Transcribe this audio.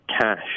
cash